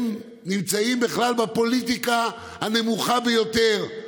הם נמצאים בכלל בפוליטיקה הנמוכה ביותר,